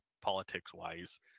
politics-wise